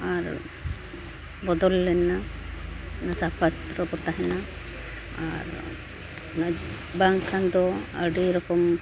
ᱟᱨ ᱵᱚᱫᱚᱞ ᱨᱮᱱᱟᱜ ᱚᱱᱟ ᱥᱟᱯᱷᱟ ᱥᱩᱛᱨᱚ ᱠᱚ ᱛᱟᱦᱮᱱᱟ ᱟᱨ ᱚᱱᱟ ᱵᱟᱝᱠᱷᱟᱱ ᱫᱚ ᱟᱹᱰᱤ ᱨᱚᱠᱚᱢ